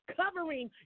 covering